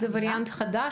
זה וריאנט חדש?